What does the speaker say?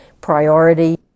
priority